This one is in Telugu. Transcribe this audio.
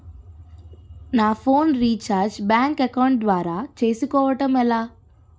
నా ఫోన్ రీఛార్జ్ బ్యాంక్ అకౌంట్ ద్వారా చేసుకోవటం ఎలా?